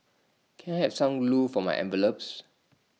can I have some glue for my envelopes